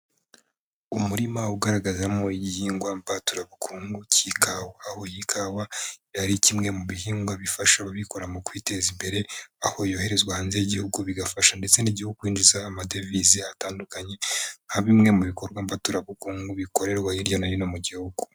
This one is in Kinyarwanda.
Umurima ugaragaramo igihingwa mbaturabukungu cy'ikawa, aho iyi kawa ari kimwe mu bihingwa bifasha abikorera mu kwiteza imbere, aho yoherezwa hanze y'igihugu bigafasha ndetse n'igihugu kwinjiza amadevize atandukanye nka bimwe mu bikorwa mbaturabukungu bikorerwa hirya no hino mu gihugu.